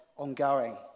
ongoing